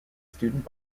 student